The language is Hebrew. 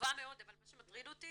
טובה מאוד אבל מה שמטריד אותי